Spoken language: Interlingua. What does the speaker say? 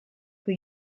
que